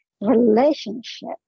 relationship